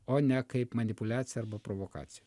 o ne kaip manipuliacija arba provokacija